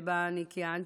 שבה אני כיהנתי,